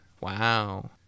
Wow